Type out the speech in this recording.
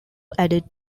added